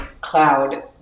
cloud